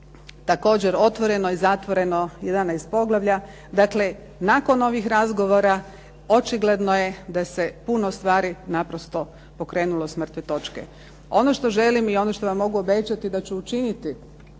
također otvoreno i zatvoreno 11 poglavlja. Dakle, nakon ovih razgovora očigledno je da se puno stvari naprosto pokrenulo s mrtve točke. Ono što želim i ono što vam mogu obećati da ću učiniti